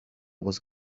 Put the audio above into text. was